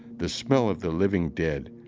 the smell of the living dead.